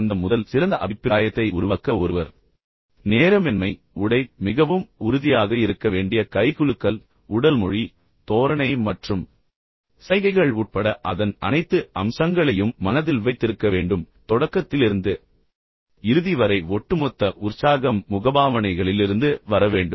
அந்த முதல் சிறந்த அபிப்பிராயத்தை உருவாக்க ஒருவர் நேரமின்மை உடை மிகவும் உறுதியாக இருக்க வேண்டிய கைகுலுக்கல் உடல் மொழி தோரணை மற்றும் சைகைகள் உட்பட அதன் அனைத்து அம்சங்களையும் மனதில் வைத்திருக்க வேண்டும் மேலும் தொடக்கத்திலிருந்து இறுதி வரை ஒட்டுமொத்த உற்சாகம் முகபாவனைகளிலிருந்து வர வேண்டும்